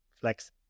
flex